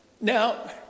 Now